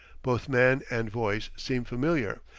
both man and voice seem familiar,